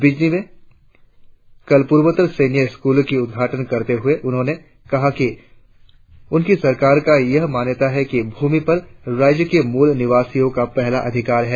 बिजनी में कल पूर्वोत्तर सैन्य स्कूल का उद्घाटन करते हुए उन्होंने कहा कि उन की सरकार का यह मानना है कि भूमि पर राज्य के मूल निवासियों का पहला अधिकार है